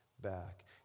back